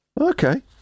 okay